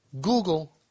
Google